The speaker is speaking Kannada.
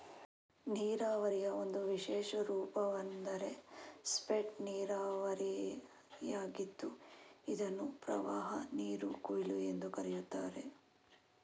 ನೀರಾವರಿಯ ಒಂದು ವಿಶೇಷ ರೂಪವೆಂದರೆ ಸ್ಪೇಟ್ ನೀರಾವರಿಯಾಗಿದ್ದು ಇದನ್ನು ಪ್ರವಾಹನೀರು ಕೊಯ್ಲು ಎಂದೂ ಕರೆಯುತ್ತಾರೆ